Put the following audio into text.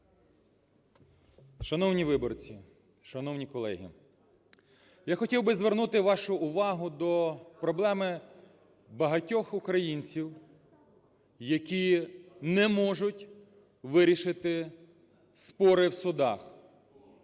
Шановні виборці, шановні колеги, я хотів би звернути вашу увагу до проблеми багатьох українців, які не можуть вирішити спори в судах.